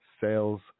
sales